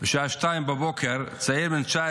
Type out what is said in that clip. בשעה 02:00 צעיר בן 19